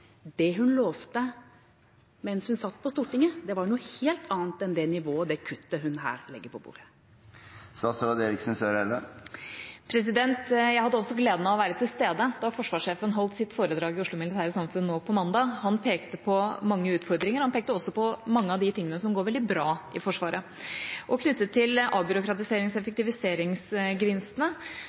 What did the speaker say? det hun lovte mens hun satt på Stortinget? Det var noe helt annet enn det nivået og det kuttet hun her legger på bordet. Jeg hadde også gleden av å være til stede da forsvarssjefen holdt sitt foredrag i Oslo Militære Samfund nå på mandag. Han pekte på mange utfordringer. Han pekte også på mange av de tingene som går veldig bra i Forsvaret. Når det gjelder avbyråkratiserings- og